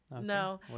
no